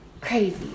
Crazy